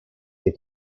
sich